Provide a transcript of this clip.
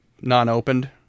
non-opened